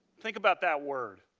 think about that word.